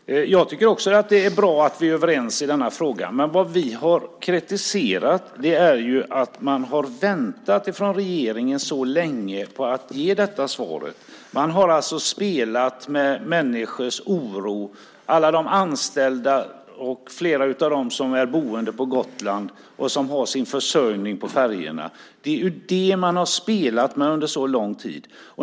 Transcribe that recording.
Herr talman! Också jag tycker att det är bra att vi är överens i denna fråga. Det som vi har kritiserat är att man från regeringens sida väntat så länge på att ge svaret. Man har alltså spelat med människors oro. Det gäller alla de anställda. Flera av dem är boende på Gotland och har sin försörjning på färjorna. Det är dem man har spelat med under så lång tid.